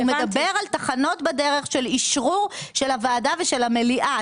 הוא מדבר על תחנות בדרך של אשרור של הוועדה ושל המליאה,